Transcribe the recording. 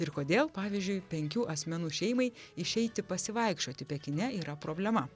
ir kodėl pavyzdžiui penkių asmenų šeimai išeiti pasivaikščioti pekine yra problema